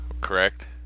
correct